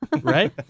Right